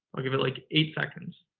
i'll give it like eight seconds.